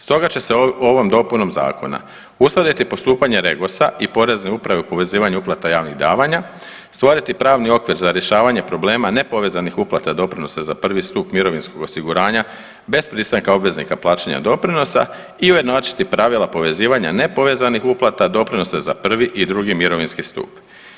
Stoga će se ovom dopunom zakona uskladiti postupanje REGOS-a i Porezne uprave u povezivanju uplata javnih davanja, stvoriti pravni okvir za rješavanje problema nepovezanih uplata doprinosa za prvi stup mirovinskog osiguranja bez pristanka obveznika plaćanja doprinosa i ujednačiti pravila povezivanja nepovezanih uplata doprinosa za prvi i drugi mirovinski stup.